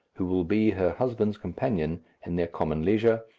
who will be her husband's companion in their common leisure,